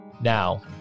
Now